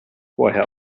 vorher